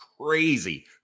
Crazy